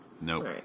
nope